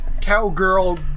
cowgirl